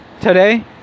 today